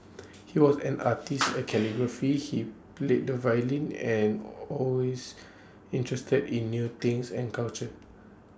he was an artist A calligrapher he played the violin and always interested in new things and culture